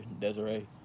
desiree